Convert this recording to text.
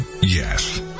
Yes